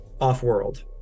off-world